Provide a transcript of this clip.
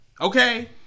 Okay